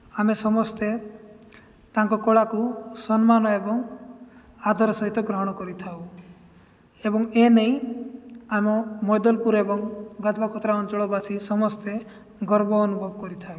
ଆମେ ସମସ୍ତେ ତାଙ୍କ କଳାକୁ ସମ୍ମାନ ଏବଂ ଆଦର ସହିତ ଗ୍ରହଣ କରିଥାଉ ଏବଂ ଏ ନେଇ ଆମ ମୈଦଲପୁର ଏବଂ ଗାଧବାକତରା ଅଞ୍ଚଳ ବାସି ସମସ୍ତେ ଗର୍ବ ଅନୁଭବ କରିଥାଉ